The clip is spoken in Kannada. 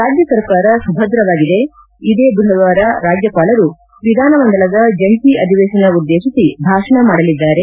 ರಾಜ್ಜ ಸರ್ಕಾರ ಸುಭ್ರವಾಗಿದೆ ಇದೇ ಬುಧವಾರ ರಾಜ್ಜಪಾಲರು ವಿಧಾನ ಮಂಡಲದ ಜಂಟಿ ಅಧಿವೇಶನ ಉದ್ವೇಶಿಸಿ ಭಾಷಣ ಮಾಡಲಿದ್ದಾರೆ